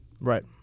Right